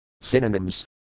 Synonyms